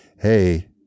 hey